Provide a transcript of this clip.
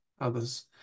others